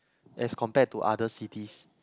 as compare to other cities